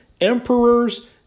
emperors